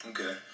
Okay